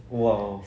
!wow!